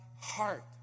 heart